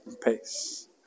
pace